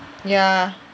ya